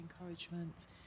encouragement